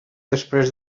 després